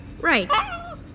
Right